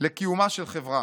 לקיומה של חברה.